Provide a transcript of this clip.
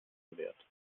gewährt